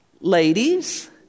ladies